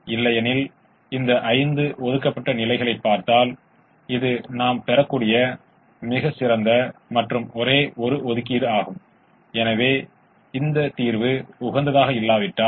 எனவே நேரியல் நிரலாக்கத்தைப் பற்றி பல விஷயங்களைப் புரிந்துகொள்வதற்கு நாம் தீர்க்கும் அதே பிரச்சனையான பழக்கமான உதாரணத்துடன் ஆரம்பிக்கலாம்